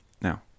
Now